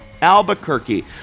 Albuquerque